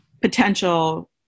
potential